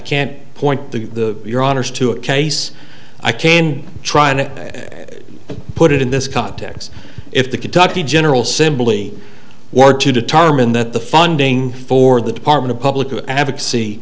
can't point to your honor's to a case i can try to put it in this context if the kentucky general cimbali were to determine that the funding for the department of public advocacy